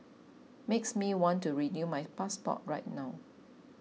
makes me want to renew my passport right now